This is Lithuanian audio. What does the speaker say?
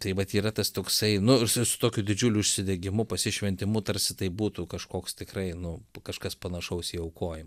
tai vat yra tas toksai nu jisai su tokiu didžiuliu užsidegimu pasišventimu tarsi tai būtų kažkoks tikrai nu kažkas panašaus į aukojimą